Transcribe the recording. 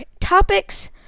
topics